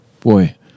boy